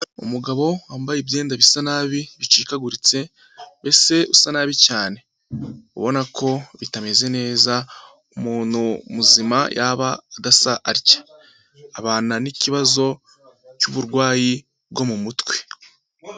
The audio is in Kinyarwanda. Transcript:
Umugabo wambaye ibyenda bisa nabi bicikaguritse ese usa nabi cyane ubona ko bitameze neza umuntu muzima yaba adasa atya, abana n'ikibazo cy'uburwayi bwo mu mutwe.